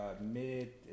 mid